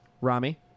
Rami